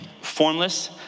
formless